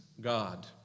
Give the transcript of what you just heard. God